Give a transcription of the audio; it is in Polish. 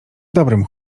dobrym